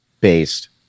Based